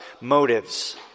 motives